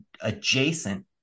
adjacent